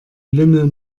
lümmel